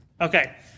Okay